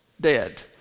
dead